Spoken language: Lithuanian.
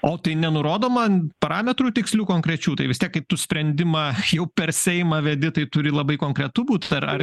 o tai nenurodo man parametrų tikslių konkrečių tai vis tiek kaip tu sprendimą jau per seimą vedi tai turi labai konkretu būt ar ar